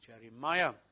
Jeremiah